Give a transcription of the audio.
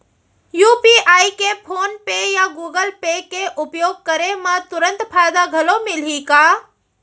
UPI के PhonePe या Google Pay के उपयोग करे म तुरंत फायदा घलो मिलही का?